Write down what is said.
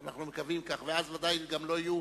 אנחנו מקווים כך, ואז ודאי גם לא יהיו